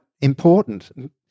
important